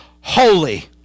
holy